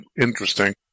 interesting